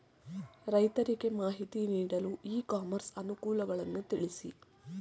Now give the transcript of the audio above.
ರೈತರಿಗೆ ಮಾಹಿತಿ ನೀಡಲು ಇ ಕಾಮರ್ಸ್ ಅನುಕೂಲಗಳನ್ನು ತಿಳಿಸಿ?